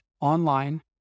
online